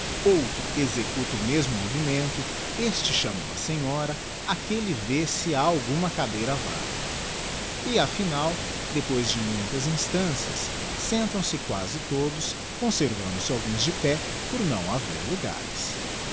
outro executa o mesmo movimento este chama uma senhora aquelle vê se ha alguma cadeira vaga e afinal depois de muitas instancias sentam-se quasi todos conservando-se alguns de pé por não hater logares